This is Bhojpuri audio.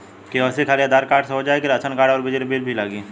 के.वाइ.सी खाली आधार कार्ड से हो जाए कि राशन कार्ड अउर बिजली बिल भी लगी?